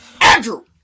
Andrew